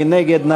מי נגד?